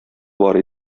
бар